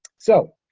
so,